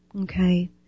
Okay